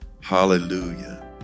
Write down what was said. hallelujah